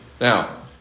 Now